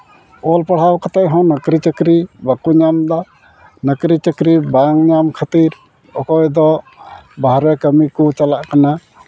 ᱚᱞ ᱯᱟᱲᱦᱟᱣ ᱠᱟᱛᱮᱫ ᱦᱚᱸ ᱱᱚᱠᱨᱤ ᱪᱟᱹᱠᱨᱤ ᱵᱟᱝ ᱠᱚ ᱧᱟᱢᱫᱟ ᱱᱚᱠᱨᱤ ᱪᱟᱹᱠᱨᱤ ᱵᱟᱝ ᱧᱟᱢ ᱠᱷᱟᱹᱛᱤᱨ ᱚᱠᱚᱭ ᱫᱚ ᱵᱟᱦᱨᱮ ᱠᱟᱹᱢᱤ ᱠᱚ ᱪᱟᱞᱟᱜ ᱠᱟᱱᱟ